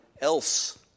else